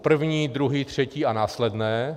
První, druhý, třetí a následné.